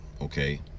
okay